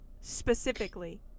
specifically